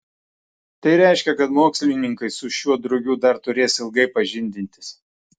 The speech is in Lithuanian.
tai reiškia kad mokslininkai su šiuo drugiu dar turės ilgai pažindintis